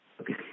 Okay